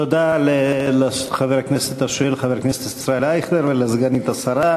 תודה לחבר הכנסת השואל אייכלר ולסגנית השר.